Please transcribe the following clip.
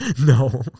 No